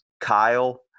Kyle